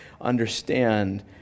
understand